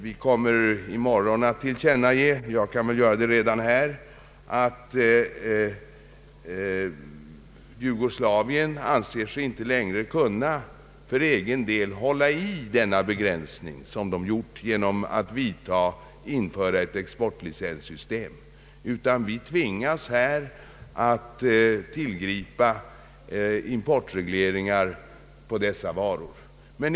Vi kommer i morgon att tillkännage — jag kan göra det redan här — att Jugoslavien inte längre anser sig kunna klara den begränsning som vi genom ett importlicenssystem har infört. = Vi tvingas emellertid tillgripa importreglering på dessa varor.